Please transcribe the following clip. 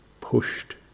pushed